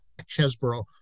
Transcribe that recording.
Chesborough